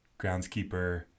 groundskeeper